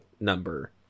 number